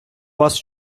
вас